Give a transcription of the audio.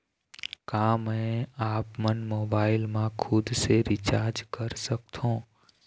का मैं आपमन मोबाइल मा खुद से रिचार्ज कर सकथों?